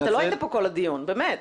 אתה לא היית פה כל הדיון, באמת.